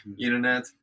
internet